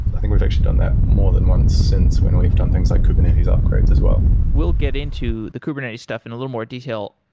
i think we've actually done that more than once since when we've done things like kubernetes upgrades as well. we'll get into the kubernetes stuff in a little more detail.